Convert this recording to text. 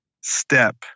step